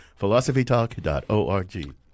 philosophytalk.org